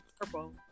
purple